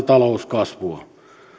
talouskasvua